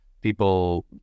people